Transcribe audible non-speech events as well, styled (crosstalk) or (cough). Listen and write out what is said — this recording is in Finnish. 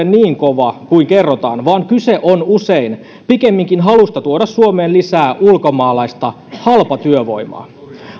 (unintelligible) niin kova kuin kerrotaan vaan kyse on usein pikemminkin halusta tuoda suomeen lisää ulkomaalaista halpatyövoimaa